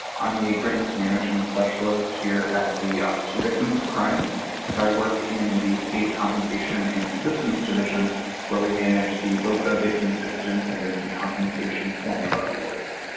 um a grants management specialist here at the office for victims of crime and i work in the state compensation and assistance division where we manage the voca victim assistance and victim compensation formula awards.